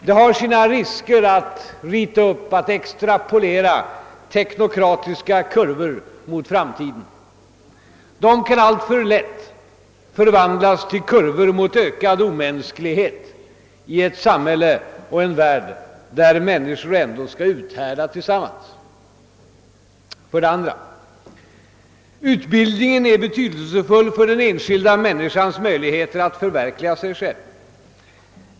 Det har sina risker att rita upp teknokratiska kurvor mot framtiden. De kan alltför lätt förvandlas till kurvor som går i riktning mot ökad omänsklighet i ett samhälle och en värld där människor ändå skall uthärda tillsammans. För det andra är utbildningen betydelsefull för den enskilda människans möjligheter att förverkliga sig själv.